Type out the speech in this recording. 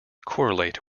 correlate